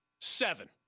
seven